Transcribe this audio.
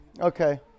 okay